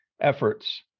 efforts